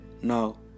No